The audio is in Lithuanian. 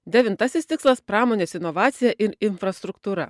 devintasis tikslas pramonės inovacija ir infrastruktūra